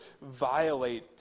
violate